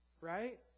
right